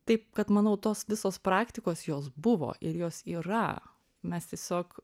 taip kad manau tos visos praktikos jos buvo ir jos yra mes tiesiog